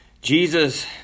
Jesus